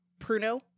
Pruno